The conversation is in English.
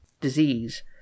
disease